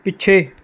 ਪਿੱਛੇ